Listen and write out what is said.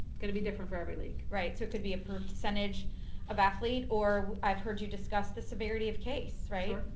gonna be different for every league. right, so it could be a percentage of athlete or i've heard you discuss the severity of case, right?